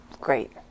Great